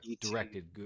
directed